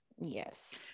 Yes